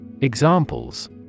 Examples